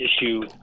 issue